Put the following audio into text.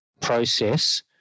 process